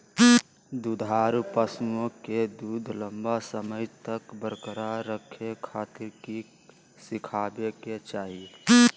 दुधारू पशुओं के दूध लंबा समय तक बरकरार रखे खातिर की खिलावे के चाही?